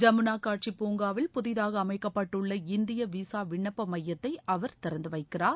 ஜமுனா காட்சி பூங்காவில் புதிதாக அமைக்கப்பட்டுள்ள இந்திய வீசா விண்ணப்ப மையத்தை அவர் திறந்து வைக்கிறார்